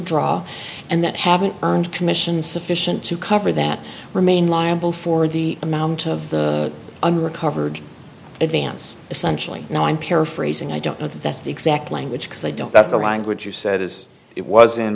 draw and that having earned commissions sufficient to cover that remain liable for the amount of the unrecovered advance essentially and i'm paraphrasing i don't know if that's the exact language because i don't that the language you said is it was